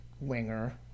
winger